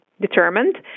determined